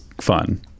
fun